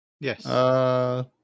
Yes